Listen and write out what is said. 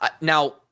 now